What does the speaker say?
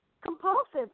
compulsive